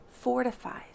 fortifies